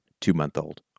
two-month-old